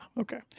okay